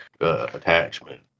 attachment